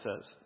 says